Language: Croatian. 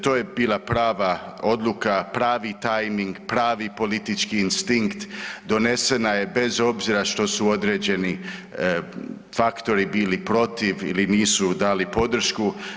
To je bila prava odluka, pravi tajming, pravi politički instinkt, donesena je bez obzira što su određeni faktori bili protiv ili nisu dali podršku.